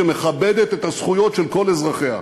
שמכבדת את הזכויות של כל אזרחיה,